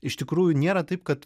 iš tikrųjų nėra taip kad